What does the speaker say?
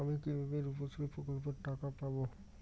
আমি কিভাবে রুপশ্রী প্রকল্পের টাকা পাবো?